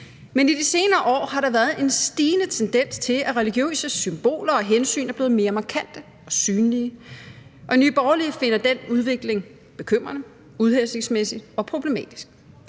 Men i de senere år har der været en stigende tendens til, at religiøse symboler og hensyn er blevet mere markante og synlige, og Nye Borgerlige finder den udvikling bekymrende, uhensigtsmæssig og problematisk.